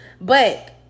but-